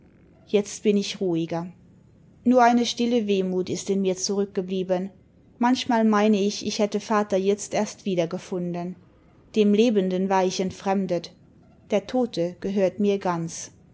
jetzt bin ich ruhiger nur eine stille wehmut ist in mir zurückgeblieben manchmal meine ich ich hätte vater jetzt erst wiedergefunden dem lebenden war ich entfremdet der tote gehört mir ganz